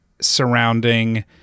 surrounding